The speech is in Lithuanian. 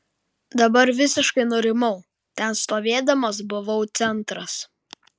dabar visiškai nurimau ten stovėdamas buvau centras